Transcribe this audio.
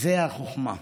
זו החוכמה.